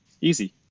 Easy